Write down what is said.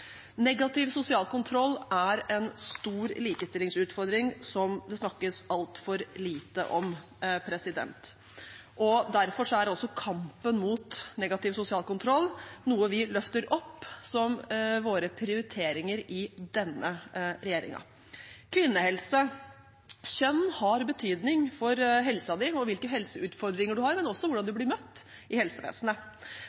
Negativ sosial kontroll er en stor likestillingsutfordring som det snakkes altfor lite om. Derfor er også kampen mot negativ sosial kontroll noe vi løfter opp som våre prioriteringer i denne regjeringen. Kvinnehelse: Kjønn har betydning for helsen din og hvilke helseutfordringer du har, men også hvordan du